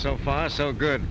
so far so good